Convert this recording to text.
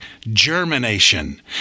germination